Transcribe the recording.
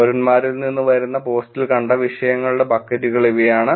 പൌരന്മാരിൽ നിന്ന് വരുന്ന പോസ്റ്റിൽ കണ്ട വിഷയങ്ങളുടെ ബക്കറ്റുകൾ ഇവയാണ്